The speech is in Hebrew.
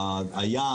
הים